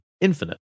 infinite